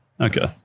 Okay